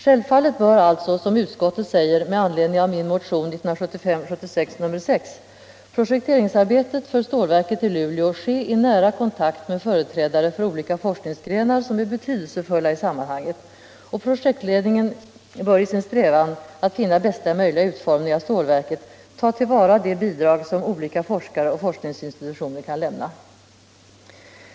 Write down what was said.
Självfallet bör alltså, som utskottet säger med anledning av min motion 1975/76:6, projekteringsarbetet för stålverket i Luleå ske i nära kontakt med företrädare för olika forskningsgrenar som är betydelsefulla i sammanhanget, och projektledningen bör i sin strävan att finna bästa möjliga utformning av stålverket ta till vara de bidrag som olika forskare och forskningsinstitutioner kan lämna.